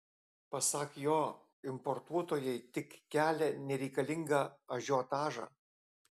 pasak jo importuotojai tik kelia nereikalingą ažiotažą